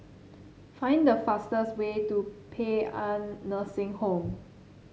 find the fastest way to Paean Nursing Home